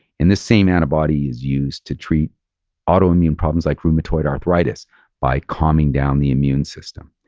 and the same antibody is used to treat autoimmune problems like rheumatoid arthritis by calming down the immune system.